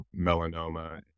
melanoma